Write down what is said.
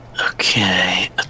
okay